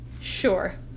Sure